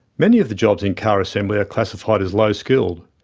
many of the jobs in car assembly are classified as low-skilled,